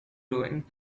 doing